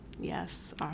Yes